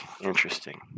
interesting